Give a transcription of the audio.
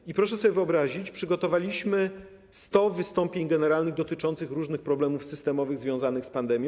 I proszę sobie wyobrazić, przygotowaliśmy 100 wystąpień generalnych dotyczących różnych problemów systemowych związanych z pandemią.